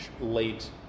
late